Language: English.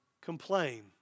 complain